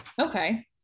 Okay